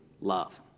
love